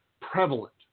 prevalent